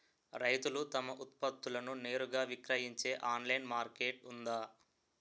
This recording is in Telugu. రైతులు తమ ఉత్పత్తులను నేరుగా విక్రయించే ఆన్లైన్ మార్కెట్ ఉందా?